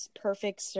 perfect